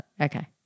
okay